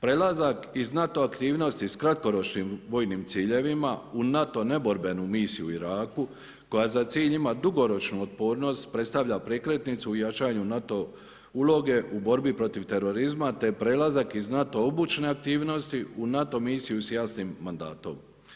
Prelazak iz NATO aktivnosti s kratkoročnim vojnim ciljevima u NATO neborbenu misiju u Iraku koja za cilj ima dugoročno otpornost predstavlja prekretnicu u jačanju NATO uloge u borbi protiv terorizma te prelazak iz NATO obučne aktivnosti u NATO misiju s jasnim mandatom.